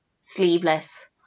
Sleeveless